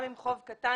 גם אם חוב קטן,